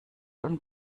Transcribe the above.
und